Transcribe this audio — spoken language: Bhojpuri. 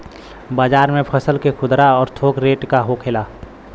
बाजार में फसल के खुदरा और थोक रेट का होखेला?